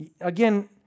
Again